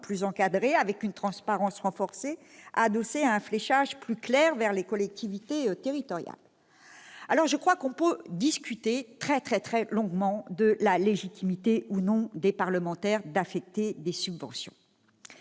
plus encadrée, avec une transparence renforcée, adossée à un fléchage plus clair vers les collectivités territoriales. Nous pouvons discuter très longuement de la légitimité qu'ont, ou pas, les parlementaires pour affecter des subventions.